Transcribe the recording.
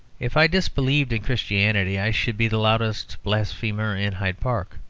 if i disbelieved in christianity, i should be the loudest blasphemer in hyde park.